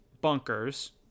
bunkers